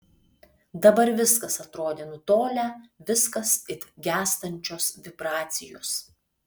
dabar viskas atrodė nutolę viskas it gęstančios vibracijos